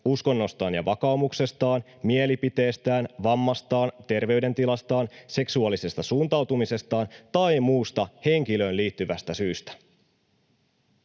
uskonnostaan ja vakaumuksestaan, mielipiteestään, vammastaan, terveydentilastaan, seksuaalisesta suuntautumisestaan tai muusta henkilöön liittyvästä syystä.”